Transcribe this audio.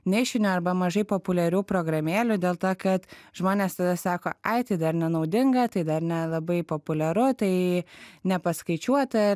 nišinių arba mažai populiarių programėlių dėl to kad žmonės tada sako ai tai dar nenaudinga tai dar nelabai populiaru tai nepaskaičiuota